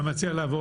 אתה מציע לעבור